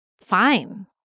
fine